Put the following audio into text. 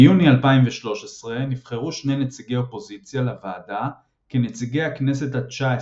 ביוני 2013 נבחרו שני נציגי אופוזיציה לוועדה כנציגי הכנסת התשע עשרה.